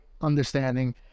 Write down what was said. understanding